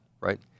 right